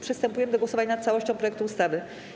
Przystępujemy do głosowania nad całością projektu ustawy.